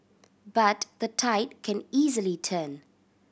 but the tide can easily turn